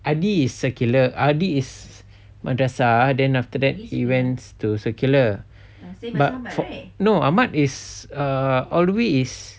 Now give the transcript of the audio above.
adi is secular adi is madrasah then after that he went to secular but for no ahmad is err all the way is